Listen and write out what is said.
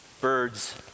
birds